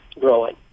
growing